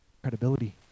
credibility